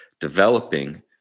developing